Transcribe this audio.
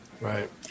Right